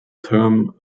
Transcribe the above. term